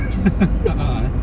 a'ah